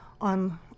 on